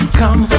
come